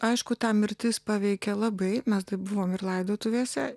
aišku ta mirtis paveikė labai mes buvom ir laidotuvėse